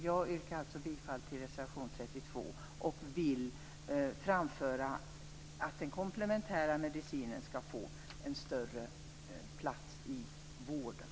Jag yrkar, som sagt, bifall till reservation 32 och vill framföra att jag tycker att den komplementära medicinen skall få mera plats i vården.